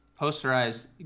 Posterized